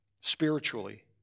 spiritually